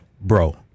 Bro